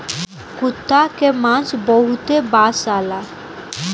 कुता के मांस बहुते बासाला